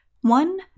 One